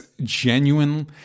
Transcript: genuine